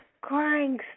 crying